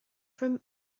from